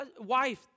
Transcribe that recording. Wife